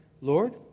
Lord